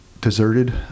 deserted